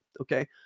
Okay